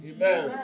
Amen